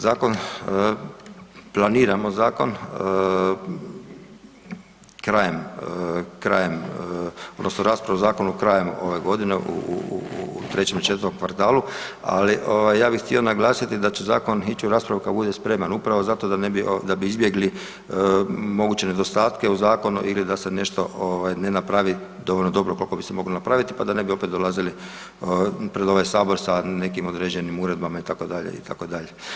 Zakon, planiramo zakon krajem, krajem odnosno raspravu o zakonu krajem ove godine u, u, u trećem i četvrtom kvartalu, ali ovaj ja bih htio naglasiti da će zakon ići u raspravu kad bude spreman upravo zato da ne bi, da bi izbjegli moguće nedostatke u zakonu ili da se nešto ovaj ne napravi dovoljno dobro kolko bi se moglo napraviti, pa da opet ne bi dolazili pred ovaj sabor sa nekim određenim uredbama itd. itd.